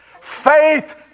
Faith